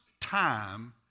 time